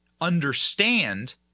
understand